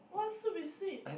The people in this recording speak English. what soup is sweet